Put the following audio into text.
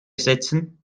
setzen